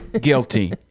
Guilty